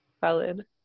valid